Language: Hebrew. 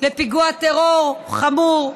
לפיגוע טרור חמור,